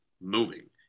moving